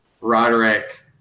Roderick